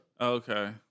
Okay